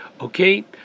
Okay